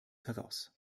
heraus